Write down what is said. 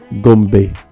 Gombe